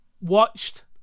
watched